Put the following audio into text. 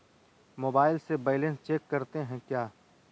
Mobile से balance check करते हैं क्या?